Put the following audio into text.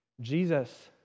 Jesus